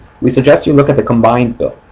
we suggest you look at the combined bill,